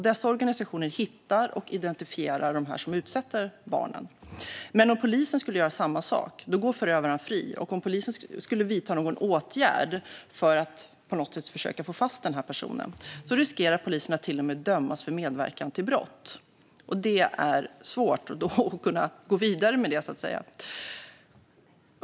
Dessa organisationer hittar och identifierar dem som utsätter barnen för sådant. Men om polisen skulle göra samma sak skulle förövaren gå fri, och om polisen skulle vidta någon åtgärd för att på något vis försöka få fast personen i fråga skulle polisen riskera att till och med dömas för medverkan till brott. Då är det svårt att gå vidare med det hela.